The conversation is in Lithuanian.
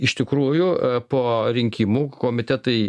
iš tikrųjų po rinkimų komitetai